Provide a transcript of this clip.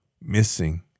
Missing